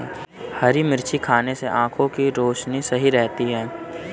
हरी मिर्च खाने से आँखों की रोशनी सही रहती है